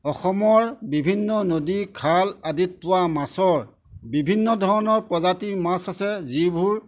অসমৰ বিভিন্ন নদী খাল আদিত পোৱা মাছৰ বিভিন্ন ধৰণৰ প্ৰজাতিৰ মাছ আছে যিবোৰ